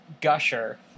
gusher